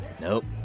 Nope